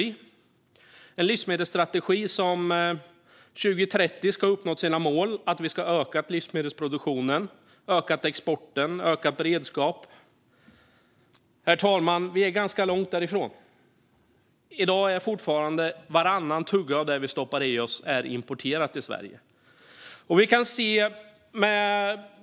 Det är en livsmedelsstrategi som innebär att vi år 2030 ska ha uppnått målen att öka livsmedelsproduktionen, öka exporten och öka beredskapen. Vi är ganska långt därifrån, herr talman. I dag är fortfarande varannan tugga vi stoppar i oss importerad till Sverige.